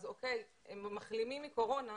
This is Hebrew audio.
אולי הם מחלימים מקורונה,